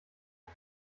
ein